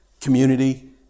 Community